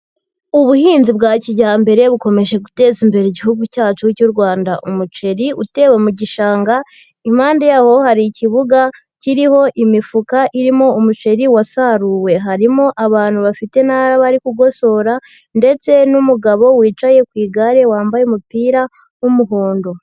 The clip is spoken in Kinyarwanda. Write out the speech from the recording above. Ubuhinzi bwa kijyambere bukomeje guteza imbere Igihugu cyacu cy'u Rwanda, umuceri utewe mu gishanga impande yaho hari ikibuga kiriho imifuka irimo umuceri wasaruwe, harimo abantu bafite intara bari kugosora ndetse n'umugabo wicaye ku igare wambaye umupira w'umuhondo.